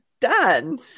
done